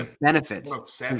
benefits